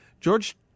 George